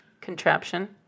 Contraption